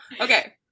okay